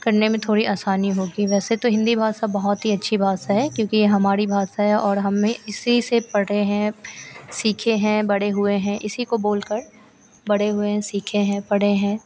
करने में थोड़ी आसानी होगी वैसे तो हिन्दी भाषा बहुत ही अच्छी भाषा है क्योंकि यह हमारी भाषा है और हम इसी से पढ़े हैं सीखे हैं बड़े हुए हैं इसी को बोलकर बड़े हुए हैं सीखे हैं पढ़े हैं